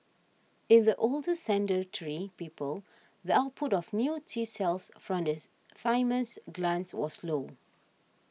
in the older sedentary people the output of new T cells from the thymus glands was low